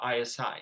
ISI